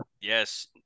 Yes